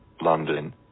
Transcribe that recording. London